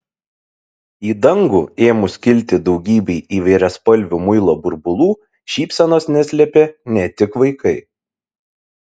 į dangų ėmus kilti daugybei įvairiaspalvių muilo burbulų šypsenos neslėpė ne tik vaikai